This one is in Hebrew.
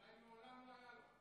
אולי מעולם לא היה לו.